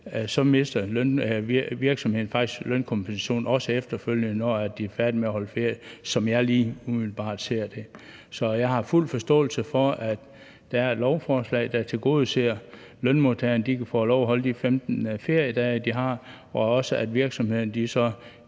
mister virksomheden faktisk lønkompensationen, også efterfølgende, når de er færdige med at holde ferie, som jeg lige umiddelbart ser det. Jeg har fuld forståelse for, at der er et lovforslag, der tilgodeser, at lønmodtagerne kan få lov at holde de 15 feriedage, de har, og at virksomhederne så